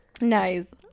Nice